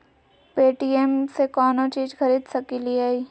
Paytm से कौनो चीज खरीद सकी लिय?